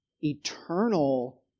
eternal